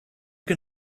can